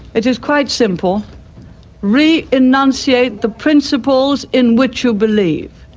it is quite simple re-enunciate the principles in which you believe.